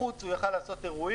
בחוץ הוא יכול היה לקיים אירועים,